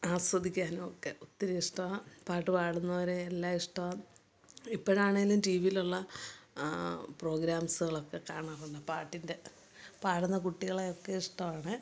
ആസ്വദിക്കാനും ഒക്കെ ഒത്തിരി ഇഷ്ടമാണ് പാട്ട് പാടുന്നവരെ എല്ലാം ഇഷ്ടമാണ് എപ്പോഴാണേലും ടി വിയിലുള്ള പ്രോഗ്രാംസ്കളൊക്കെ കാണാറുണ്ട് പാട്ടിൻ്റെ പാടുന്ന കുട്ടികളെയൊക്കെ ഇഷ്ടമാണ്